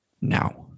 now